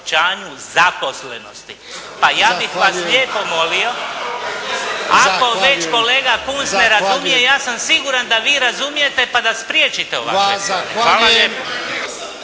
zaposlenosti. Pa ja bih vas lijepo molio ako već kolega Kunst ne razumije, ja sam siguran da vi razumijete pa da spriječite ovakve … /Ne